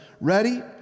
Ready